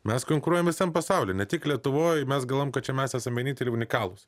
mes konkuruojam visam pasauly ne tik lietuvoje mes galvojam kad čia mes esam vieninteliai unikalūs